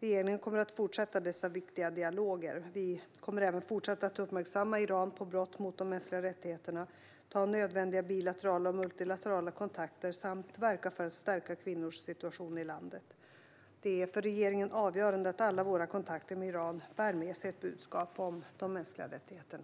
Regeringen kommer att fortsätta med dessa viktiga dialoger. Vi kommer även fortsatt att uppmärksamma Iran på brott mot de mänskliga rättigheterna, ta nödvändiga bilaterala och multilaterala kontakter samt verka för att stärka kvinnors situation i landet. Det är för regeringen avgörande att alla våra kontakter med Iran bär med sig ett budskap om de mänskliga rättigheterna.